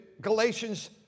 Galatians